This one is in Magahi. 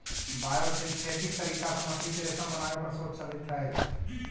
बायोसिंथेटिक तरीका से मकड़ी के रेशम बनावे पर शोध चलित हई